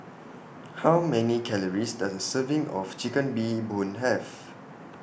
How Many Calories Does A Serving of Chicken Bee Boon Have